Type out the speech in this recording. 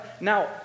Now